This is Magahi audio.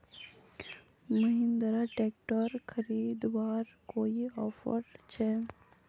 महिंद्रा ट्रैक्टर खरीदवार अभी कोई ऑफर छे?